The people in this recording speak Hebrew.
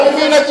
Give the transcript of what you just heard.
אתה מבין?